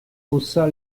haussa